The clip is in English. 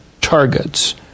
targets